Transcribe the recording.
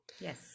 Yes